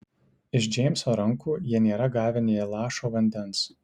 iš džeimso rankų jie nėra gavę nė lašo vandens